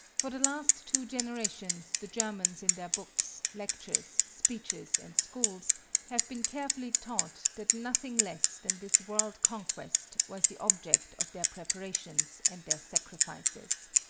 for the last two generations the germans in their books, lectures, speeches and schools have been carefully taught that nothing less than this world-conquest was the object of their preparations and their sacrifices.